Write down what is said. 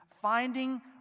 finding